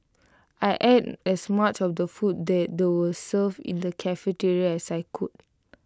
I ate as much of the food that they were served in the cafeteria as I could